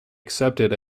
accepted